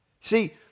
See